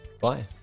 Bye